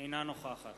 אינה נוכחת